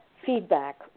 Feedback